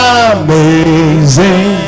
amazing